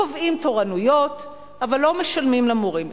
קובעים תורנויות אבל לא משלמים למורים.